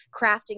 crafting